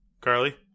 Carly